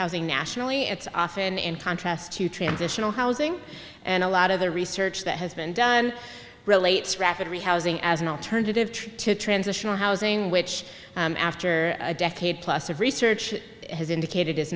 rehousing nationally it's often in contrast to transitional housing and a lot of the research that has been done relates rapidly housing as an alternative to transitional housing which after a decade plus of research has indicated is